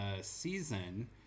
season